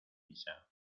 misa